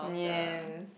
yes